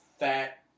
Fat